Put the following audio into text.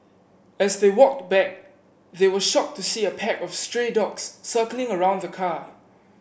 as they walked back they were shocked to see a pack of stray dogs circling around the car